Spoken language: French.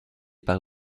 par